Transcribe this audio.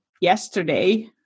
yesterday